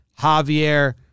Javier